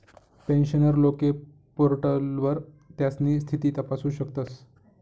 pensioner लोके पोर्टलवर त्यास्नी स्थिती तपासू शकतस